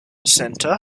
centre